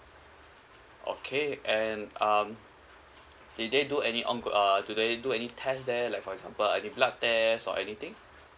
okay and um did they do any ong~ uh did they do any test there like for example I think blood test or anything